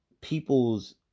people's